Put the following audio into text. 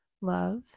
love